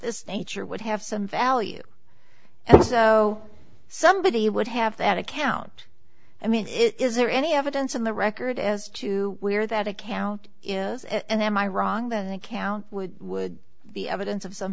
this nature would have some value so somebody would have that account i mean is there any evidence on the record as to where that account is and am i wrong that account would would be evidence of some